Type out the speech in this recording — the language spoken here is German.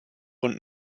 und